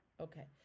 Okay